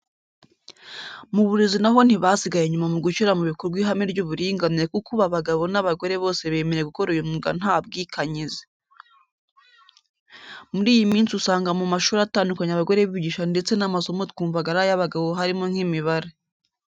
Mu burezi na ho ntibasigaye inyuma mu gushyira mu bikorwa ihame ry'uburinganire kuko ubu abagabo n'abagore bose bemerewe gukora uyu mwuga nta bwikanyize. Muri iyi minsi usanga mu mashuri atandukanye abagore bigisha ndetse n'amasomo twumvaga ari ay'abagabo harimo nk'imibare.